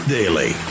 Daily